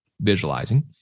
visualizing